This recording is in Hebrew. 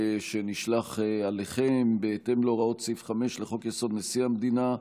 שנשלח אליכם: "בהתאם להוראות סעיף 5 לחוק-יסוד: נשיא המדינה,